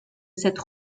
cette